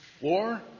war